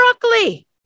broccoli